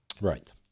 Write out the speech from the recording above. Right